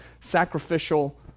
sacrificial